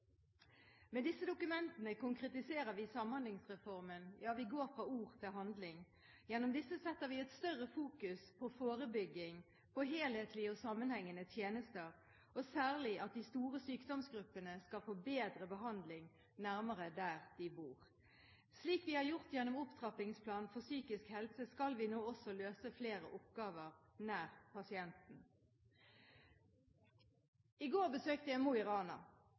Med disse dokumentene konkretiserer vi Samhandlingsreformen – ja, vi går fra ord til handling. Gjennom disse setter vi et større fokus på forebygging, på helhetlige og sammenhengende tjenester og særlig at de store sykdomsgruppene skal få bedre behandling nærmere der pasientene bor. Slik vi har gjort gjennom Opptrappingsplan for psykisk helse, skal vi nå også løse flere oppgaver nær pasienten. I går besøkte jeg Mo i Rana.